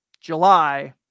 July